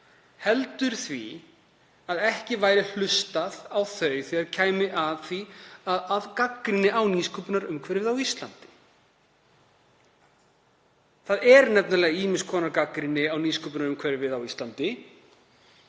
heldur af því að ekki væri hlustað á þau þegar kæmi að gagnrýni á nýsköpunarumhverfið á Íslandi. Það er nefnilega ýmiss konar gagnrýni á nýsköpunarumhverfið á Íslandi,